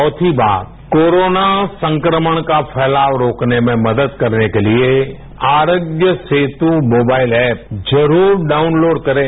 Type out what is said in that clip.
चौथी बात कोरोना संक्रमण का फैलाव रोकने में मदद करने के लिए आरोग्य सेत मोबाइल एप जरूर डाउनलोड करें